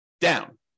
down